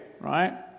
Right